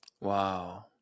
Wow